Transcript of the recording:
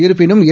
இருப்பினும் ஏ